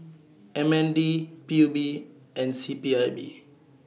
M N D P U B and C P I B